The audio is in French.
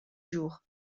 jours